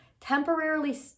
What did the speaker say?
temporarily